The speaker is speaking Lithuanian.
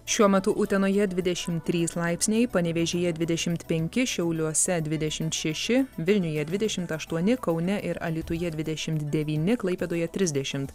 šiuo metu utenoje dvidešim trys laipsniai panevėžyje dvidešimt penki šiauliuose dvidešimt šeši vilniuje dvidešimt aštuoni kaune ir alytuje dvidešimt devyni klaipėdoje trisdešimt